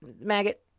Maggot